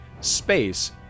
space